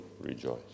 rejoice